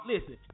listen